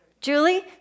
Julie